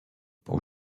pour